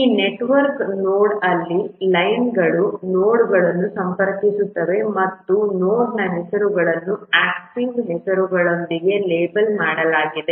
ಈ network node ಅಲ್ಲಿ ಲೈನ್ಗಳು ನೋಡ್ಗಳನ್ನು ಸಂಪರ್ಕಿಸುತ್ತವೆ ಮತ್ತು ನೋಡ್ನ ಹೆಸರುಗಳನ್ನು ಆಕ್ಟಿವಿಟಿ ಹೆಸರುಗಳೊಂದಿಗೆ ಲೇಬಲ್ ಮಾಡಲಾಗಿದೆ